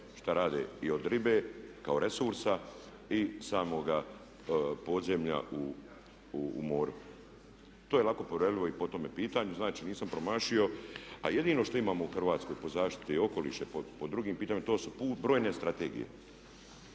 šta rade i od ribe kao resursa i samoga podzemlja u moru. To je lako provjerljivo i po tome pitanju, znači nisam promašio, a jedino što imamo u Hrvatskoj pod zaštiti okoliša po drugom pitanju, to su brojne strategije